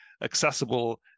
accessible